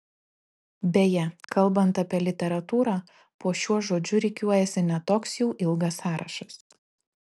beje kalbant apie literatūrą po šiuo žodžiu rikiuojasi ne toks jau ilgas sąrašas